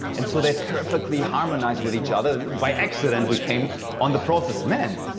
and so, they perfectly harmonize with each other. by accident, we came on the process. man,